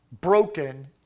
broken